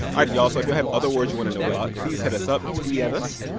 all right, y'all, so if you have other words you want to know about, please hit us up tweet at us.